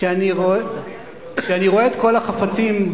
כשאני רואה את כל החפצים,